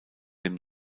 dem